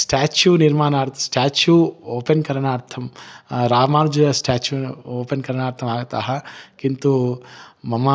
statue निर्माणार्थं statue open करणार्थं Ramanuja statue open करणार्थमागताः किन्तु मम